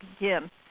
begin